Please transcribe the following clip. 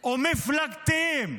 ומפלגתיים.